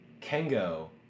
Kengo